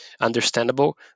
understandable